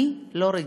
אני לא רגועה.